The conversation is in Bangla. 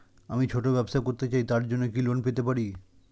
আমি ছোট ব্যবসা করতে চাই তার জন্য কি লোন পেতে পারি?